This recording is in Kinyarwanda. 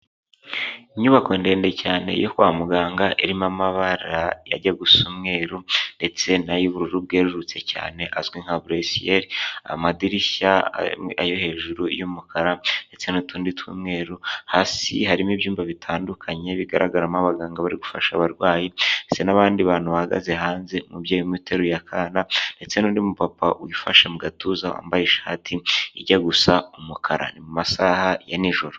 Inyubako ndende cyane yo kwa muganga irimo amabara yajya gusa umweru ndetse nay'ubururu bwerurutse cyane azwi nka burusiyeri. amadirishya yo hejuru y'umukara ndetse n'utundi tw'umweru, hasi harimo ibyumba bitandukanye bigaragaramo abaganga bari gufasha abarwayi, n'abandi bantu bahagaze hanze. Umubyeyi umwe ateruye akana ndetse n'undi mu papa wifashe mu gatuza wambaye ishati ijya gusa umukara mu masaha ya nijoro.